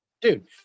Dude